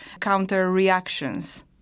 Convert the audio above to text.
counter-reactions